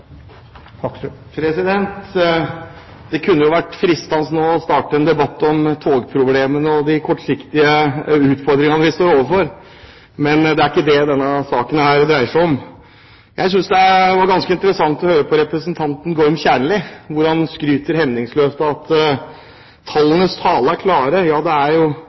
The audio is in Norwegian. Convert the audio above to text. Det kunne vært fristende å starte en debatt om togproblemene og de kortsiktige utfordringene vi står overfor, men det er ikke det denne saken dreier seg om. Jeg synes det var ganske interessant å høre på representanten Gorm Kjernli. Han skryter hemningsløst av at tallenes tale er klar – ja, det er jo